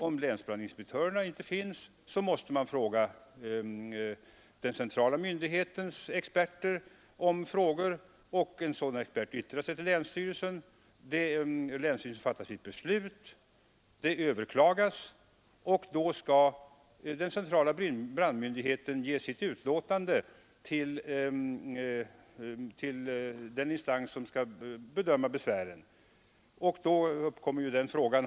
Om länsbrandinspektörerna inte finns måste man fråga den centrala myndighetens experter, och då kan där uppkomma ett jäv. En sådan expert yttrar sig till länsstyrelsen, som fattar beslut. Om beslutet överklagas skall den centrala brandmyndigheten ge sitt utlåtande till den instans som skall bedöma besvären.